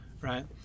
right